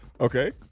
Okay